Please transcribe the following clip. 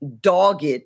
dogged